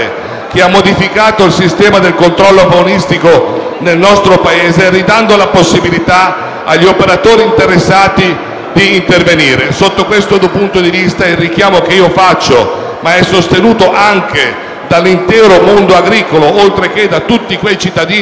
che ha modificato il sistema del controllo faunistico nel nostro Paese, ridando la possibilità agli operatori interessati di intervenire. Da questo punto di vista, il richiamo che faccio - sostenuto anche dall'intero mondo agricolo, oltre che da tutti quei cittadini